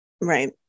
Right